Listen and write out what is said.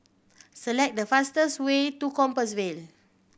select the fastest way to Compassvale